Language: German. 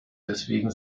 deswegen